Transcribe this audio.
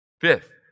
Fifth